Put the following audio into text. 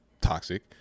toxic